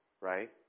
right